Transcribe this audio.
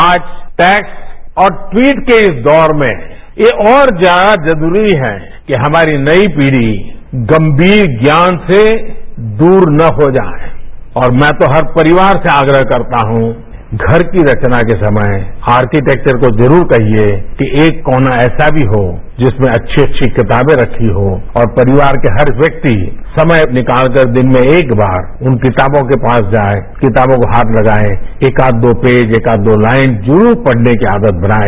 आजटेक्सट और ट्वीट के इस दौर में ये और ज्यादा जरूरी है कि हमारी नई पीढ़ी गंभीर ज्ञानसे दूर न हो जाए और मैं हर परिवार से आग्रह करता हूं कि घर की रचना के समय आर्किटेक्चरको जरूर कहिए कि एक कोना ऐसा भी होजिसमें अच्छी अच्छी कितार्वे रखी हों और परिवार का हर व्यक्ति समय निकालकर दिन में एक बारउन किताबों के पास जाए किताबों को हाथ लगाएएक आध दो पेज एक आध दो लाइन जरूर पढ़ने की आदत बनाए